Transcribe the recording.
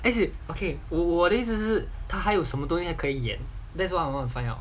is it okay 我的意思是他还有什么东西可以演 that's what I want to find out